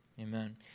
Amen